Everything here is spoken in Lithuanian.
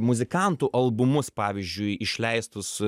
muzikantų albumus pavyzdžiui išleistus